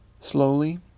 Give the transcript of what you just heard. Slowly